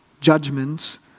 judgments